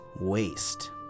waste